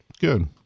Good